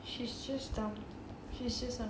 she's just dumb she's just dumb